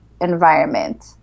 environment